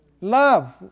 Love